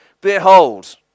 Behold